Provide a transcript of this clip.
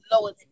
lower